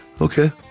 Okay